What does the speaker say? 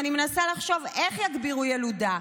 אני מנסה לחשוב איך יגבירו ילודה.